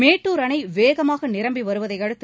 மேட்டூர் அணை வேகமாக நிரம்பி வருவதை அடுத்து